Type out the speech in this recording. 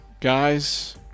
guys